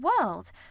world